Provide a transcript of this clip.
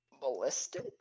Ballistic